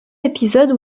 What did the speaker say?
épisode